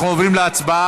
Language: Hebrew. אנחנו עוברים להצבעה.